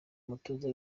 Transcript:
umutoza